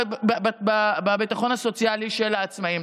בביטחון הסוציאלי של העצמאים.